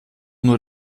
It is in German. nur